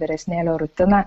vyresnėlio rutiną